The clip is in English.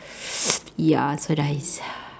ya so nice